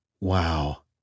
Wow